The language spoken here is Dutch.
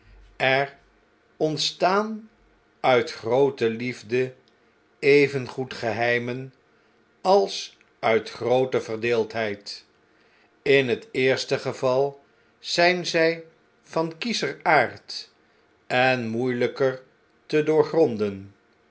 er ontstaan uit groote liefde evengoed geheimen als uit groote verdeeldheid in het eerste geval zijn zjj van kiescher aard en moeieljjker te doorgronden